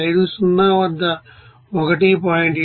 50 వద్ద 1